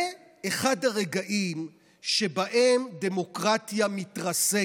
זה אחד הרגעים שבהם דמוקרטיה מתרסקת.